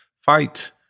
fight